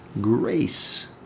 grace